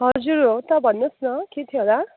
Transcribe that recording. हजुर हो त भन्नुहोस् न के थियो होला